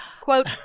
Quote